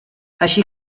així